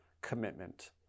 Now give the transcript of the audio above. commitment